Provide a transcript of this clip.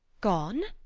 gone?